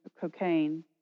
cocaine